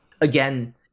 again